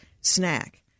snack